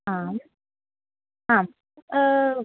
आम् आम्